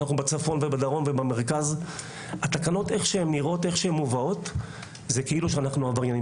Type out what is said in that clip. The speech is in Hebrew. איך שהתקנות נראות זה כאילו שאנחנו עבריינים.